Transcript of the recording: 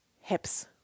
hips